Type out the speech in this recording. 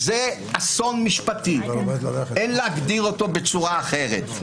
זה אסון משפטי, ואין להגדיר אותו בצורה אחרת.